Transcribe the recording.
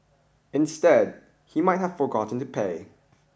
instead he might have forgotten to pay